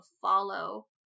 follow